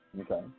okay